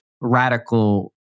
radical